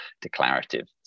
declarative